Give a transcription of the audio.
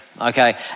okay